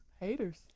haters